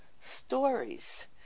stories